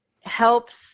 helps